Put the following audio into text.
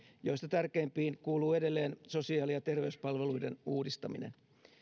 joista tärkeimpiin kuuluu edelleen sosiaali ja terveyspalveluiden uudistaminen